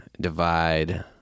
divide